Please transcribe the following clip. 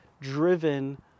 driven